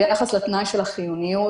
ביחס לתנאי של החיוניות